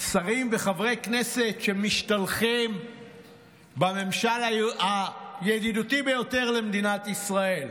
שרים וחברי כנסת שמשתלחים בממשל הידידותי ביותר למדינת ישראל,